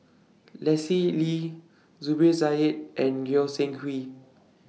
Lee Zubir Said and Goi Seng Hui